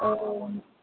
ओ